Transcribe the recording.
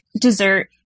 dessert